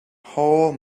whole